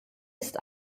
ist